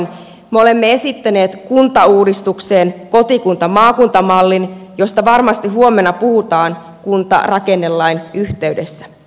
me olemme esittäneet kuntauudistukseen kotikuntamaakunta mallin josta varmasti huomenna puhutaan kuntarakennelain yhteydessä